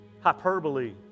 hyperbole